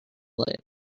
lived